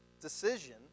decision